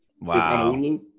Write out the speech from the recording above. Wow